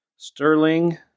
Sterling